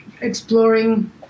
exploring